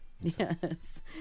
Yes